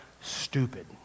stupid